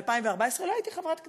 ב-2014 לא הייתי חברת כנסת.